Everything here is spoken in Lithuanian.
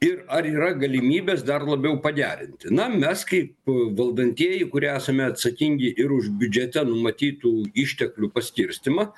ir ar yra galimybės dar labiau pagerinti na mes kaip valdantieji kurie esame atsakingi ir už biudžete numatytų išteklių paskirstymą